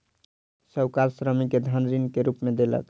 साहूकार श्रमिक के धन ऋण के रूप में देलक